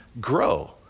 grow